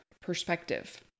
perspective